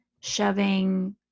shoving